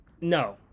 No